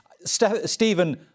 Stephen